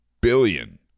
billion